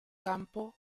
campo